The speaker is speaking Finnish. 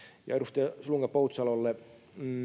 ja edustaja slunga poutsalolle